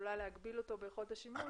שעלולה להגביל אותו ביכולת השימוש,